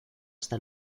hasta